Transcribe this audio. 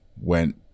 went